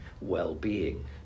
well-being